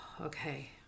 okay